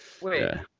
wait